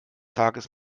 tages